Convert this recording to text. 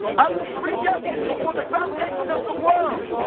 i was predestined before the foundation of the world!